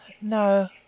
no